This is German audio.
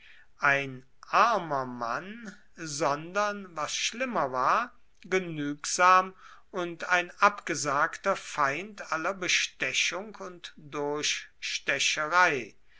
ein armer mann sondern was schlimmer war genügsam und ein abgesagter feind aller bestechung und